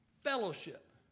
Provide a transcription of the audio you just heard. fellowship